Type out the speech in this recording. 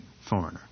foreigner